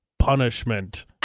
Punishment